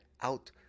out